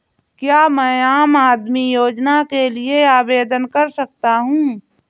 क्या मैं आम आदमी योजना के लिए आवेदन कर सकता हूँ?